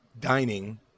dining